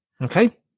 Okay